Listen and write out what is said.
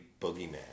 boogeyman